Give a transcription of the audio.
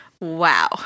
wow